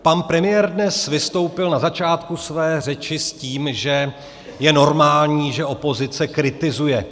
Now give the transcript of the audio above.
Pan premiér dnes vystoupil na začátku své řeči s tím, že je normální, že opozice kritizuje.